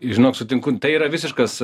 žinok sutinku tai yra visiškas